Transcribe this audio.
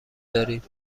داریم